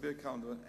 להסביר כמה דברים.